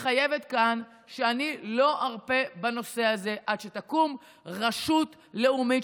מתחייבת כאן שאני לא ארפה מהנושא הזה עד שתקום רשות לאומית